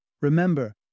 Remember